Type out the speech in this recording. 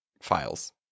files